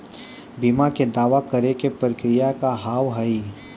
बीमा के दावा करे के प्रक्रिया का हाव हई?